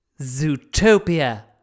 Zootopia